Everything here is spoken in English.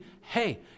hey